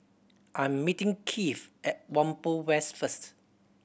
I'm meeting Keith at Whampoa West first